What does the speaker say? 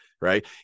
Right